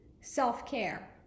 self-care